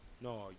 no